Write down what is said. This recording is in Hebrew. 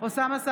אוסאמה סעדי,